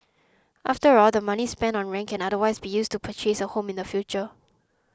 after all the money spent on rent can otherwise be used to purchase a home in the future